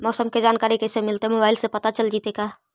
मौसम के जानकारी कैसे मिलतै मोबाईल से पता चल जितै का?